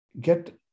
get